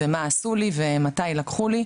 ומה עשו לי ומתי לקחו לי.